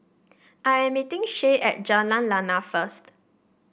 I am meeting Shae at Jalan Lana first